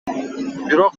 бирок